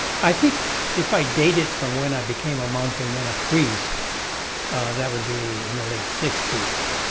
i think if i dated from when i became a monk and then a priest that would be in the late sixty s.